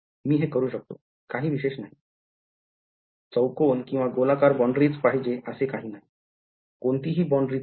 मी हे करू शकतो काही विशेष नाही चौकोन किंवा गोलाकार boundary च पाहिजे असे काही नाही कोणतीही बॉऊन्ड्री चालेल